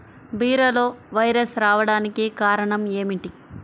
బీరలో వైరస్ రావడానికి కారణం ఏమిటి?